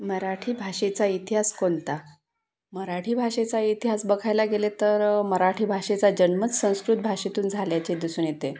मराठी भाषेचा इतिहास कोणता मराठी भाषेचा इतिहास बघायला गेले तर मराठी भाषेचा जन्मच संस्कृत भाषेतून झाल्याचे दिसून येते